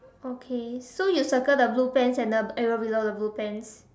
okay so you circle the blue pants and the and then below the blue pants